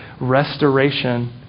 restoration